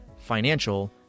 financial